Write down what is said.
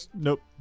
Nope